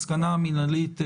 המסקנה המנהלית,